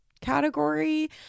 category